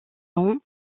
saison